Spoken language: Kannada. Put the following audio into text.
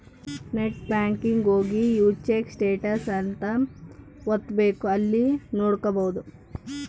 ನೆಟ್ ಬ್ಯಾಂಕಿಂಗ್ ಹೋಗಿ ವ್ಯೂ ಚೆಕ್ ಸ್ಟೇಟಸ್ ಅಂತ ಒತ್ತಬೆಕ್ ಅಲ್ಲಿ ನೋಡ್ಕೊಬಹುದು